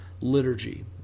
liturgy